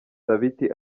sabiti